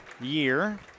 year